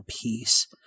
peace